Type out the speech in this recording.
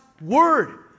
word